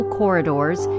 corridors